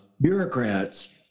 bureaucrats